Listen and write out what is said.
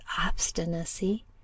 obstinacy